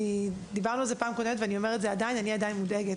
ודיברנו על זה בפעם הקודמת, ואני עדיין מודאגת.